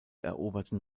eroberten